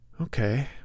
okay